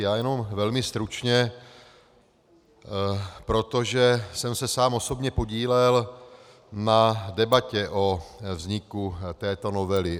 Já jenom velmi stručně, protože jsem se sám osobně podílel na debatě o vzniku této novely.